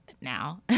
now